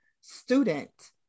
student